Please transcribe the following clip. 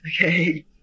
Okay